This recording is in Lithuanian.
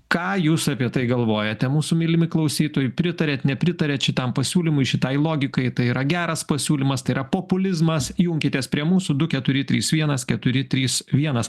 ką jūs apie tai galvojate mūsų mylimi klausytojai pritariat nepritariat šitam pasiūlymui šitai logikai tai yra geras pasiūlymas tai yra populizmas junkitės prie mūsų du keturi trys vienas keturi trys vienas